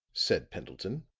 said pendleton.